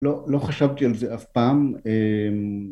לא חשבתי על זה אף פעם